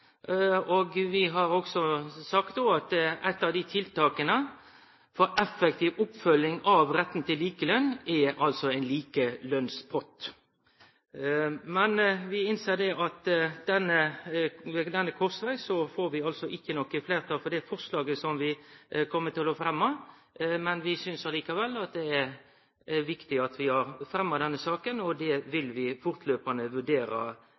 det. Som saksordføraren også sa, så står Framstegspartiet aleine med eit forslag, men i merknadane står vi ikkje aleine. Der står vi i lag med Kristeleg Folkeparti. Vi har sagt at eit av tiltaka for effektiv oppfølging av retten til likelønn er ein likelønnspott. Men vi innser at ved denne korsvegen får vi ikkje fleirtal for det forslaget vi kjem til å fremje. Vi synest likevel det er viktig at vi har teke opp denne